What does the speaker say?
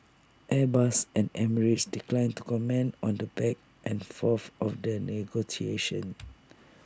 airbus and emirates declined to comment on the back and forth of the negotiations